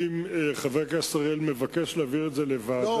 אם חבר הכנסת אריאל מבקש להעביר את זה לוועדה,